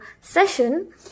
session